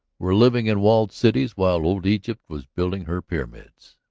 were living in walled cities while old egypt was building her pyramids.